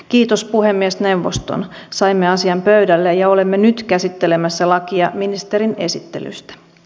kiitos puhemiesneuvoston saimme asian pöydälle ja olemme nyt käsittelemässä lakia ministerin esittelystä